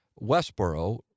Westboro